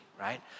right